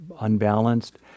unbalanced